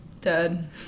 Dead